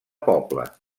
pobla